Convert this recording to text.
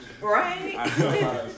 Right